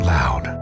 Loud